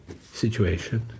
situation